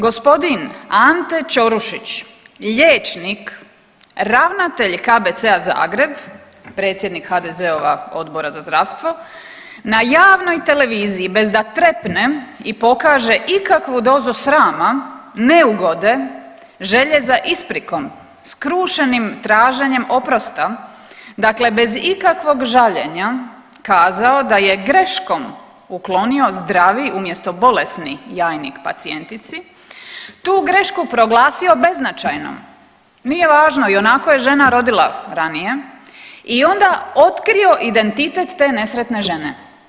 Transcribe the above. G. Ante Ćorušić, liječnik, ravnatelj KBC Zagreb, predsjednik HDZ-ova Odbora za zdravstvo na javnoj televiziji bez da trepne i pokaže ikakvu dozu srama, neugode, želje za isprikom, skrušenim traženjem oprosta, dakle bez ikakvog žaljenja, kazao da je greškom uklonio zdravi umjesto bolesni jajnik pacijentici, tu grešku proglasio beznačajnom, nije važno, ionako je žena rodila ranije i onda otkrio identitet te nesretne žene.